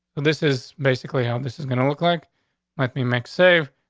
this is basically how this is gonna look like might be mixed save.